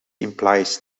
implies